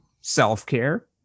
self-care